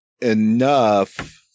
enough